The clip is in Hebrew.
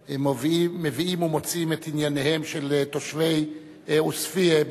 המביאים ומוציאים את ענייניהם של תושבי עוספיא,